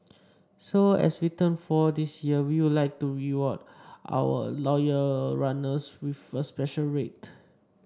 so as we turn four this year we would like to reward our loyal runners with a special rate